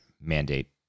mandate